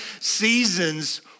seasons